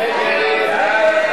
שם החוק, כהצעת הוועדה, נתקבל.